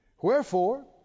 Wherefore